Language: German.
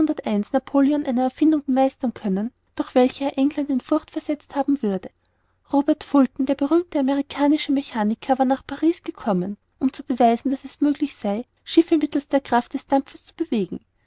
napoleon einer erfindung bemeistern können durch welche er england in furcht versetzt haben würde robert fulton der berühmte amerikanische mechaniker war nach paris gekommen um zu beweisen daß es möglich sei schiffe mittelst der kraft des dampfes zu bewegen